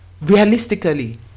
realistically